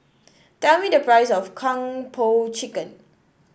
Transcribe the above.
tell me the price of Kung Po Chicken